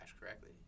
correctly